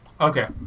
Okay